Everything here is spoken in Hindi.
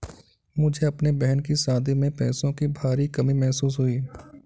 मुझे अपने बहन की शादी में पैसों की भारी कमी महसूस हुई